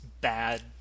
bad